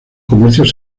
comercios